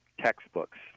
textbooks